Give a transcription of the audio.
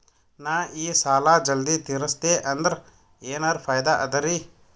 ನಾ ಈ ಸಾಲಾ ಜಲ್ದಿ ತಿರಸ್ದೆ ಅಂದ್ರ ಎನರ ಫಾಯಿದಾ ಅದರಿ?